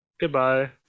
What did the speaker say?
Goodbye